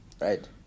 right